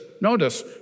notice